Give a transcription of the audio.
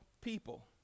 people